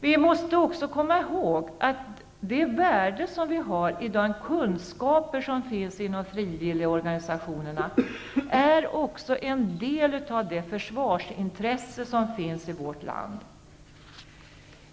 Vi måste också komma ihåg att det värde som ligger i de kunskaper som finns inom frivilligorganisationerna också är en del av det försvarsintresse som finns i vårt land.